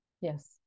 Yes